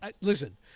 listen